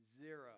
zero